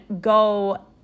go